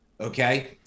Okay